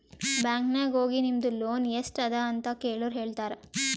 bank ನಾಗ್ ಹೋಗಿ ನಿಮ್ದು ಲೋನ್ ಎಸ್ಟ್ ಅದ ಅಂತ ಕೆಳುರ್ ಹೇಳ್ತಾರಾ